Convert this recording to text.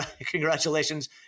Congratulations